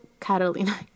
Catalina